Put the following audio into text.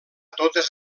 totes